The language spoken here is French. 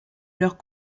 leurs